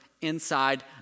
inside